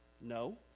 no